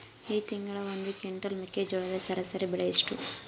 ಈ ತಿಂಗಳ ಒಂದು ಕ್ವಿಂಟಾಲ್ ಮೆಕ್ಕೆಜೋಳದ ಸರಾಸರಿ ಬೆಲೆ ಎಷ್ಟು?